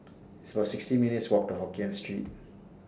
It's about sixty minutes' Walk to Hokkien Street